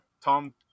Tom